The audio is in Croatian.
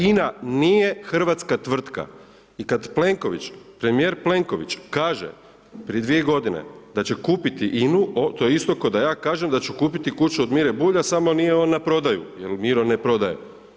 INA nije hrvatska tvrtka i kad Plenković, premijer Plenković kaže prije dvije godine, da će kupiti INA-u, to je isto koda ja kažem da ću kupiti kuću od Mire Bulja, samo nije on na prodaju jel Miro ne prodaje.